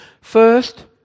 First